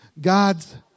God's